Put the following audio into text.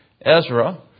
Ezra